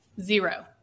Zero